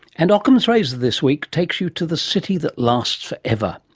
and ockham's razor this week takes you to the city that lasts forever.